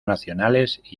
nacionales